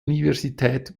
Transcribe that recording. universität